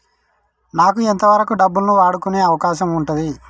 నాకు ఎంత వరకు డబ్బులను వాడుకునే అవకాశం ఉంటది?